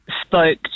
spoke